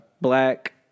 black